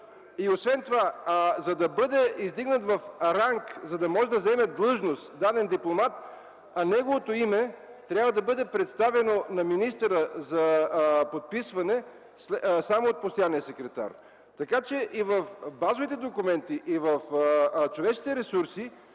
реагирате. За да бъде издигнат в ранг и да може да заеме длъжност даден дипломат, негово име трябва да бъде представено на министъра за подписване само от постоянния секретар. Така че в базовите документи и в „Човешки ресурси”